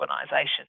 organisation